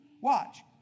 Watch